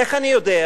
איך אני יודע?